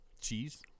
cheese